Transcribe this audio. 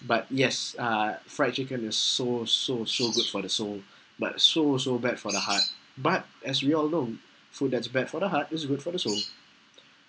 but yes uh fried chicken is so so so good for the soul but so so bad for the heart but as we all know food that's bad for the heart is good for the soul